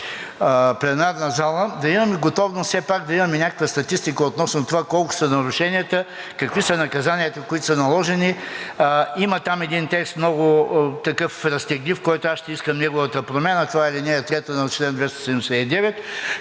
пленарната зала, да имаме готовност все пак и някаква статистика относно това колко са нарушенията, какви са наказанията, които са наложени? Има там един текст, много разтеглив, на който ще искам неговата промяна – това е ал. 3 на чл. 279,